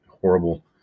horrible